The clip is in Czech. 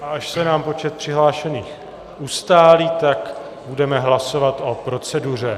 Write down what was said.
Až se nám počet přihlášených ustálí, budeme hlasovat o proceduře.